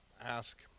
ask